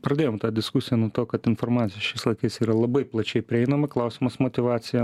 pradėjom tą diskusiją nuo to kad informacija šiais laikais yra labai plačiai prieinama klausimas motyvacija